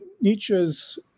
Nietzsche's